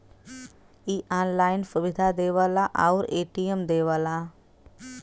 इ ऑनलाइन सुविधा देवला आउर ए.टी.एम देवला